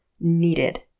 needed